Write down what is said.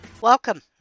Welcome